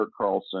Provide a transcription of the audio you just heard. Carlson